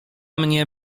mnie